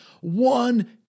One